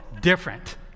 different